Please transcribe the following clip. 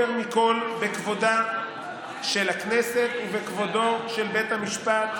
יותר מכול בכבודה של הכנסת ובכבודו של בית המשפט,